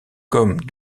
comme